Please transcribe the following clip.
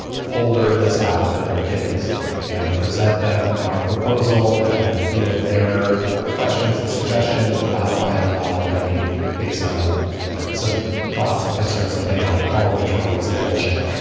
polder this out with our kids and present them our proposal and then field their questions and suggestions and modify it a lot already based on some thoughts and concerns that they had, all of which were obviously bullshit,